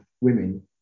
women